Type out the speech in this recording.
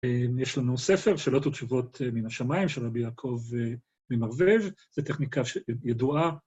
יש לנו ספר, שאלות ותשובות מן השמיים, של רבי יעקב ומרוויג' זו טכניקה ידועה.